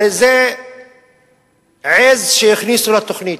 הרי זה עז שהכניסו לתוכנית,